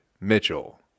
Mitchell